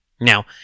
Now